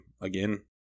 again